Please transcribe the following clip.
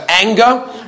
anger